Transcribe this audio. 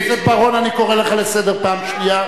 חבר הכנסת בר-און, אני קורא אותך לסדר פעם שנייה.